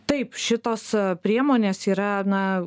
taip šitos priemonės yra na